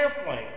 airplane